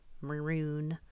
maroon